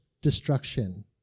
destruction